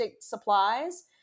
supplies